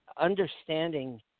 understanding